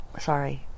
sorry